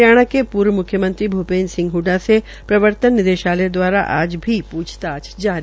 हरियाणा के पूर्व मुख्यमंत्री भूपेन्द्र सिंह ह्डडा से प्रवर्तन निदेशालय द्वारा आज भी पूछताछ जारी